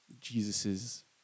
jesus's